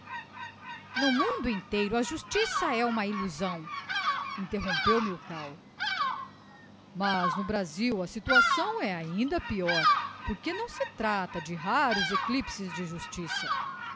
no mundo inteiro a justiça é uma illusão interrompeu milkau mas no brasil a situação é ainda peior porque não se trata de raros eclypses de justiça